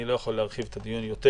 עדי עמית,